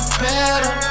better